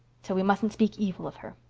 so we mustn't speak evil of her.